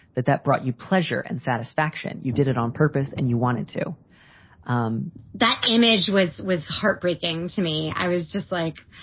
that that brought you pleasure and satisfaction. you did it on purpose and you wanted to um that image was was heartbreaking to me i was just, like,